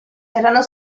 erano